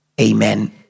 Amen